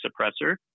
suppressor